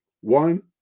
One